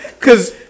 Cause